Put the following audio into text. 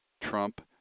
Trump